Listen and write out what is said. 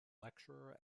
lecturer